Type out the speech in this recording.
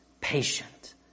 patient